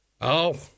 Oh